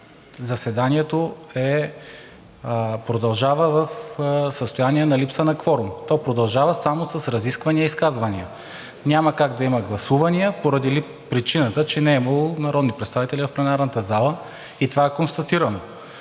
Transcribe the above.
заседанието продължава в състояние на липса на кворум. То продължава само с разисквания и изказвания. Няма как да има гласувания, поради причината че не е имало народни представители в пленарната зала, и това е констатирано,